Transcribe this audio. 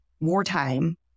wartime